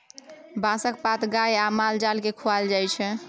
बाँसक पात गाए आ माल जाल केँ खुआएल जाइ छै